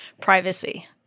privacy